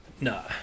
No